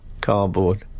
cardboard